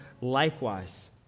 likewise